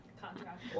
contract